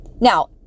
Now